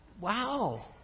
wow